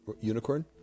unicorn